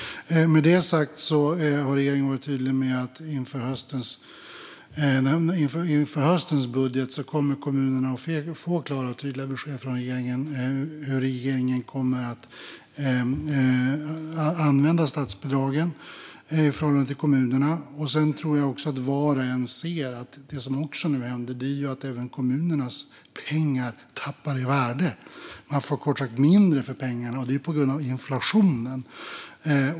Med detta sagt har regeringen varit tydlig med att kommunerna inför höstens budget kommer att få klara och tydliga besked från regeringen om hur regeringen kommer att använda statsbidragen i förhållande till kommunerna. Jag tror också att var och en ser att det som nu också händer är att även kommunernas pengar tappar i värde. Man får kort sagt mindre för pengarna, på grund av inflationen.